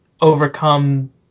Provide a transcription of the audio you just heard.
overcome